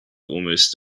almost